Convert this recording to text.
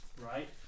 Right